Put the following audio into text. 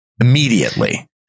immediately